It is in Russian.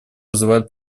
вызывает